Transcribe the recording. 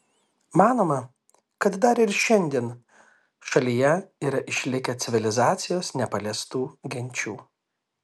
manoma kad dar ir šiandien šalyje yra išlikę civilizacijos nepaliestų genčių